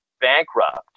bankrupt